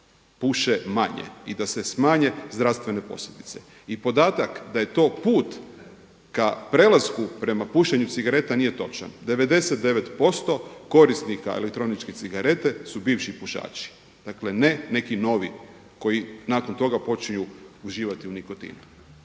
puše manje i da se smanje zdravstvene posljedice. I podatak da je to put k prelasku prema pušenju cigareta nije točan. 99% korisnika elektroničke cigarete su bivši pušači, dakle ne neki novi koji nakon toga počinju uživati u nikotinu.